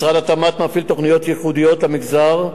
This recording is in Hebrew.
משרד התמ"ת מפעיל תוכניות ייחודיות למגזר,